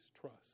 trust